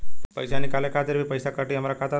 पईसा निकाले खातिर भी पईसा कटी हमरा खाता से?